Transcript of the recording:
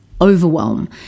overwhelm